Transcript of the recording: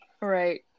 Right